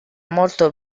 molto